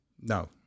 No